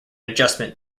adjustment